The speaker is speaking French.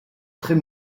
très